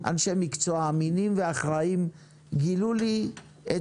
אנשי מקצוע אמינים ואחראים גילו לי את